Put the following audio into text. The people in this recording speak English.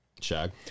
Shag